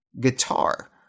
guitar